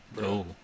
No